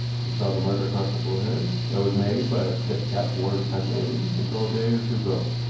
you saw the mark across the forehead. that was made by a stiff cap worn constantly until a day or two ago.